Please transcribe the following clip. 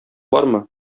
бармы